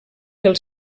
pel